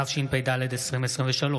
התשפ"ד 2023,